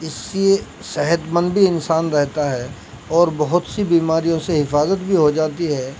اس سے صحت مند بھی انسان رہتا ہے اور بہت سی بیماریوں سے حفاظت بھی ہو جاتی ہے